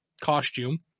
costume